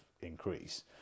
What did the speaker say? increase